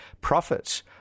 profits